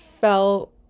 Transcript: felt